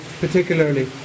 particularly